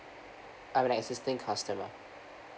I'm an existing customer